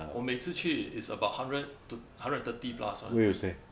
我每次去 it's about hundred to hundred thirty plus [one]